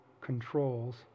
controls